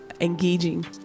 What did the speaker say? engaging